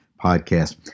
Podcast